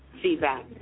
feedback